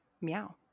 Meow